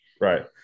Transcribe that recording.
right